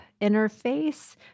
interface